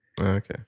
Okay